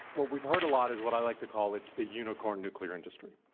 what we've heard a lot is what i like to call is the unicorn nuclear industry.